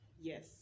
yes